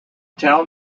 town